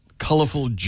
Colorful